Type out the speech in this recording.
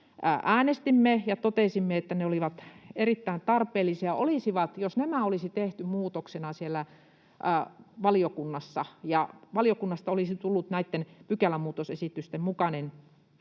äänestimme ja totesimme, että ne olivat erittäin tarpeellisia, niin jos nämä olisi tehty muutoksina siellä valiokunnassa ja valiokunnasta olisi tullut näitten pykälämuutosesitysten mukainen